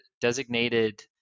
designated